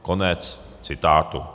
Konec citátu.